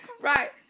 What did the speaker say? Right